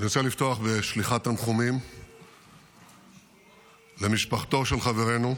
אני רוצה לפתוח בשליחת תנחומים למשפחתו של חברנו,